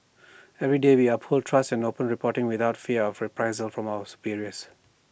every day we uphold trust and open reporting without fear of reprisal from our superiors